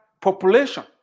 population